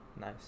Nice